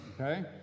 okay